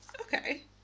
okay